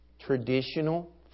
traditional